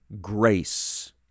grace